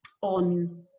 on